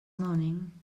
morning